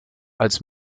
als